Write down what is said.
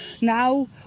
Now